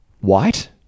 white